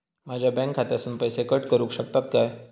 माझ्या बँक खात्यासून पैसे कट करुक शकतात काय?